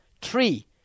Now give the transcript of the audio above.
Three